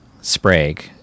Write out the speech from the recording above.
Sprague